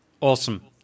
awesome